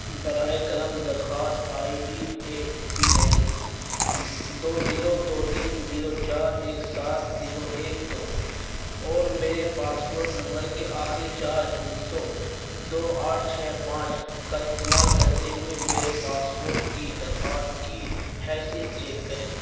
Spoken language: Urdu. براہ کرم درخواست I D A P L دو زیرو دو تین زیرو چار ایک سات زیرو ایک دو اور میرے پاسپورٹ نمبر کے آخری چار ہندسوں دو آٹھ چھ پانچ کا استعمال کرتے ہوئے میرے پاسپورٹ کی درخواست کی حیثیت چیک کریں